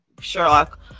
sherlock